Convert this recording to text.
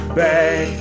back